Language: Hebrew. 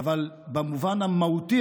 אבל במובן המהותי,